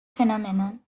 phenomenon